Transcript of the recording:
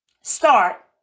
start